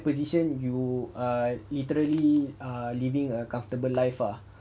position you are literally ah living a comfortable life ah